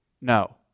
no